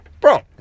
Bro